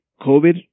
COVID